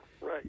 right